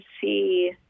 see